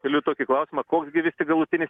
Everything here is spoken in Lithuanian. keliu tokį klausimą koks gi vis tik galutinis